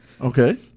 Okay